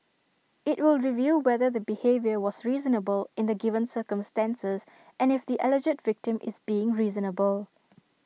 IT will review whether the behaviour was reasonable in the given circumstances and if the alleged victim is being reasonable